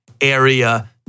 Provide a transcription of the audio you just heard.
area